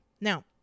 Now